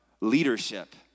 leadership